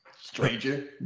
stranger